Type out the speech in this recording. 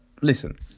listen